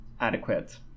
adequate